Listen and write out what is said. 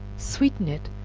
sweeten it,